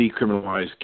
decriminalize